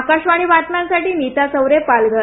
आकाशवाणीच्या बातम्यांसाठी नीता चौरे पालघर